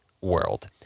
world